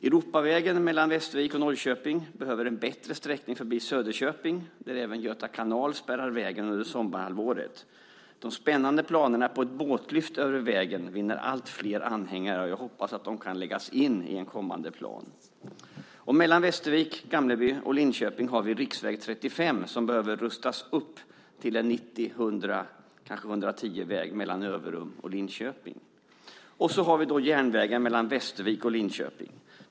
Europavägen mellan Västervik och Norrköping behöver en bättre sträckning förbi Söderköping, där även Göta Kanal spärrar vägen under sommarhalvåret. De spännande planerna på ett båtlyft över vägen vinner allt fler anhängare, och jag hoppas att de kan läggas in i en kommande plan. Mellan Västervik, Gamleby och Linköping har vi riksväg 35, som behöver rustas upp till 90-, 100 eller kanske 110-väg mellan Överum och Linköping. Och så har vi då järnvägen mellan Västervik och Linköping.